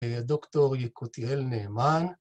‫דוקטור יקותיאל נאמן.